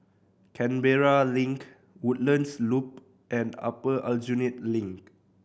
Canberra Link Woodlands Loop and Upper Aljunied Link